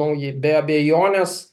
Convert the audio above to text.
nauji be abejonės